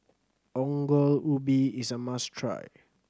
Ongol Ubi is a must try